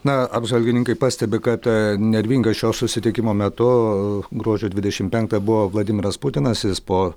na apžvalgininkai pastebi kad nervingas šio susitikimo metu gruodžio dvidešim penktą buvo vladimiras putinas jis po